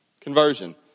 conversion